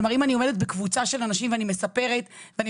כלומר אם אני עומדת בקבוצה של אנשים ואני מספרת ואני